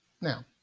Now